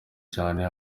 cane